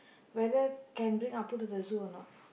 whether can bring Appu to the zoo or not